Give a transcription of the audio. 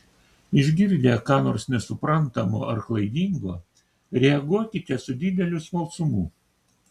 išgirdę ką nors nesuprantamo ar klaidingo reaguokite su dideliu smalsumu